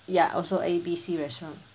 ya also A B C restaurant